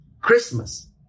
Christmas